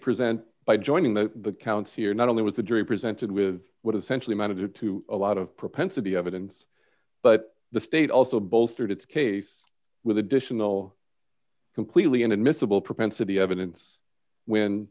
present by joining the counts here not only was the jury presented with what essentially matter to a lot of propensity evidence but the state also bolstered its case with additional completely inadmissible propensity evidence when